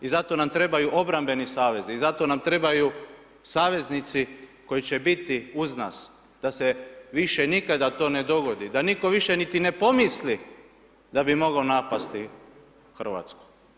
I zato nam trebaju obrambeni savezi, i zato nam trebaju saveznici koji će biti uz nas, da se više nikada to ne dogodi, da nitko više niti ne pomisli da bi mogao napasti Hrvatsku.